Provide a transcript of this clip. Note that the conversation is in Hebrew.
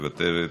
מוותרת,